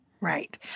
Right